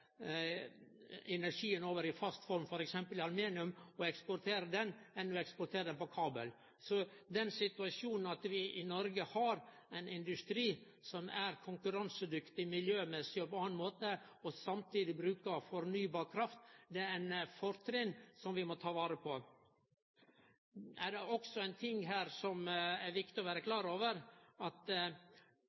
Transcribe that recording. energien over i fast form, f.eks. i aluminium og eksportere aluminium, enn ved å eksportere energien på kabel. Så den situasjonen at vi i Noreg har ein industri som er konkurransedyktig miljømessig og på annan måte, og samtidig bruker fornybar kraft, er eit fortrinn som vi må ta vare på. Det er ein ting her som det også er viktig å vere klar over, at